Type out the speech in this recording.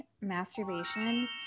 masturbation